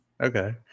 Okay